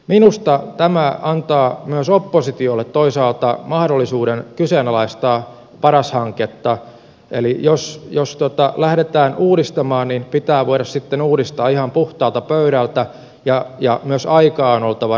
minusta tämä antaa myös oppositiolle toisaalta mahdollisuuden kyseenalaistaa paras hanketta eli jos lähdetään uudistamaan niin pitää voida sitten uudistaa ihan puhtaalta pöydältä ja myös aikaa on oltava riittävästi